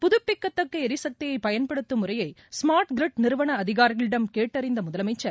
புதப்பிக்கத்தக்க எரிசக்தியை பயன்படுத்தும் முறையை ஸ்மார்ட் கிரிட் நிறுவன அதிகாரிகளிடம் கேட்டறிந்த முதலமைச்சர்